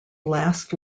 last